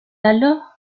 alors